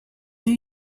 new